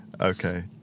Okay